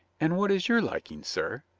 and what is your liking, sir?